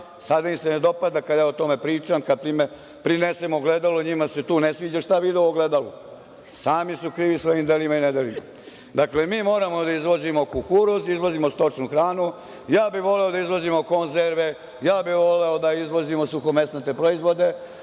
Sada im se ne dopada kada o tome pričam, kada prinesem ogledalu, njima se tu ne sviđa šta vide u ogledalu. Sami su krivi svojim delima i nedelima. Dakle, mi moramo da izvozimo kukuruz, da izvozimo stočnu hranu. Voleo bih da izvozimo konzerve, voleo bih da izvozimo suhomesnate proizvode,